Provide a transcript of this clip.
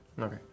Okay